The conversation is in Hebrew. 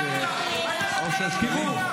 45 מיליון שקלים על הבית של בנט.